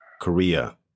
Korea